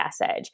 message